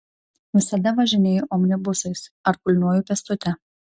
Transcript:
visada važinėju omnibusais ar kulniuoju pėstute